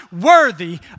worthy